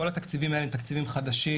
כל התקציבים האלה הם תקציבים חדשים,